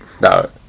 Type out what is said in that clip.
No